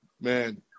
Man